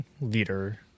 leader